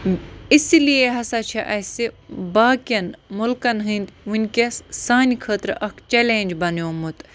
اِسی لیے ہَسا چھِ اَسہِ باقیَن مُلکَن ہٕنٛدۍ وٕنۍکٮ۪س سانہِ خٲطرٕ اَکھ چَلینٛج بَنیومُت